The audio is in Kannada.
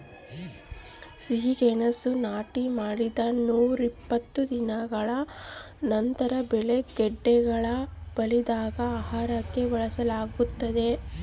ಸಿಹಿಗೆಣಸು ನಾಟಿ ಮಾಡಿದ ನೂರಾಇಪ್ಪತ್ತು ದಿನಗಳ ನಂತರ ಬೆಳೆ ಗೆಡ್ಡೆಗಳು ಬಲಿತಾಗ ಆಹಾರಕ್ಕೆ ಬಳಕೆಯಾಗ್ತದೆ